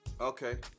Okay